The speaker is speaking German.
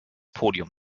podium